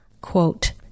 quote